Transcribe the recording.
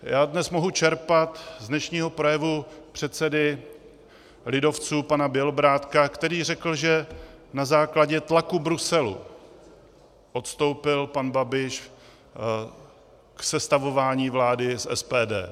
Já dnes mohu čerpat z dnešního projevu předsedy lidovců pana Bělobrádka, který řekl, že na základě tlaku Bruselu odstoupil pan Babiš od sestavování vlády s SPD.